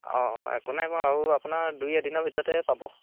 অ একো নাই বাৰু আৰু আপোনাৰ দুই এদিনৰ ভিতৰতে পাব